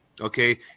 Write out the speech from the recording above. Okay